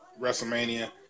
WrestleMania